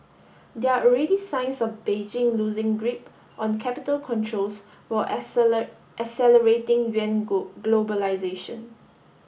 there are already signs of Beijing loosing grip on capital controls while accelerating yuan globalisation